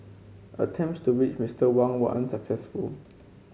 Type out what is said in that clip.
attempts to reach Mister Wang were unsuccessful